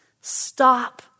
Stop